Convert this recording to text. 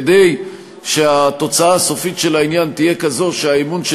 כדי שהתוצאה הסופית של העניין תהיה כזאת שהאמון של